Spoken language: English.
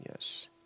Yes